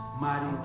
mighty